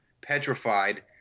petrified